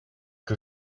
que